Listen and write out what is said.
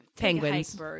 Penguins